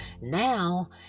now